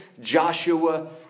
Joshua